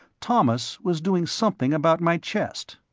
thomas was doing something about my chest.